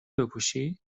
بپوشی